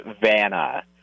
Vanna